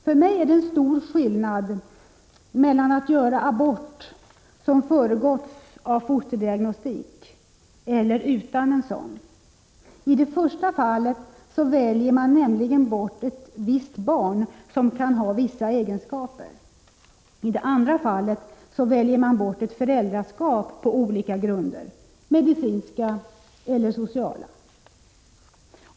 För mig är det en stor skillnad mellan att göra abort som föregåtts av fosterdiagnostik och abort utan en sådan. I det första fallet väljer man nämligen bort ett visst barn, som kan ha vissa egenskaper. I det andra fallet väljer man bort ett föräldraskap på olika grunder, medicinska eller sociala.